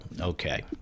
Okay